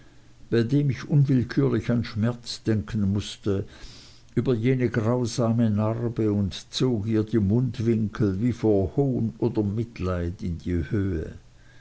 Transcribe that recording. bei dem ich unwillkürlich an schmerz denken mußte über jene grausame narbe und zog ihr die mundwinkel wie vor hohn oder mitleid in die höhe